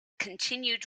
continued